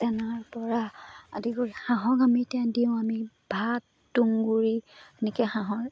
দানাৰপৰা আদি কৰি হাঁহক আমি এতিয়া দিওঁ আমি ভাত তুঁহগুৰি এনেকৈ হাঁহৰ